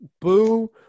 Boo